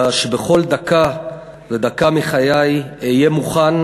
אלא שבכל דקה ודקה מחיי אהיה מוכן